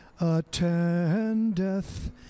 attendeth